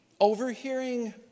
Overhearing